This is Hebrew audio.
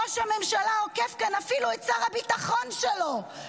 ראש הממשלה עוקף כאן אפילו את שר הביטחון שלו,